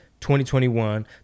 2021